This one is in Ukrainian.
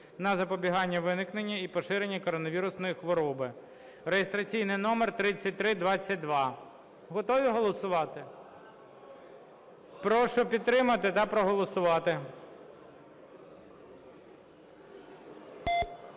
на запобігання виникнення і поширення коронавірусної хвороби) (реєстраційний номер 3322). Готові голосувати? Прошу підтримати та проголосувати.